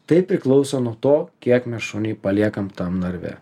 tai priklauso nuo to kiek mes šunį paliekam tam narve